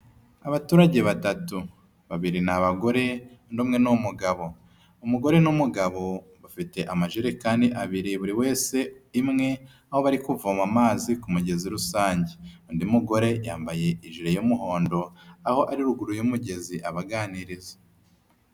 Abaturage batatu, babiri ni abagore undi umwe n'umugabo, umugore n'umugabo bafite amajerekani abiri buri wese imwe aho bari kuvoma amazi ku mugezi rusange, undi mugore yambaye ijere y'umuhondo aho ari ruguru y'umugezi abaganiriza.